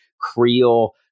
Creole